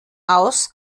aus